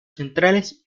centrales